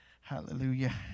Hallelujah